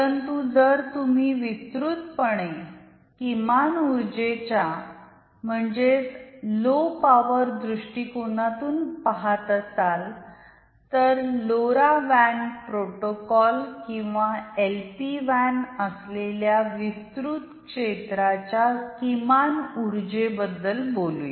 परंतु जर तुम्ही विस्तृतपणे किमान ऊर्जॆच्या म्हणजेच लो पॉवर द्रुष्टीकोनातुन पाहत असाल तर लोरा वॅन प्रोटोकॉल किन्वा एलपी वॅन असलेल्या विस्तृत क्षेत्राच्या किमान ऊर्जॆबद्दल बोलू या